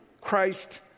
Christ